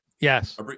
Yes